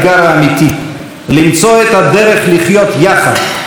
למצוא את הדרך לחיות יחד למרות ההבדלים,